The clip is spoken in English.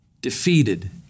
defeated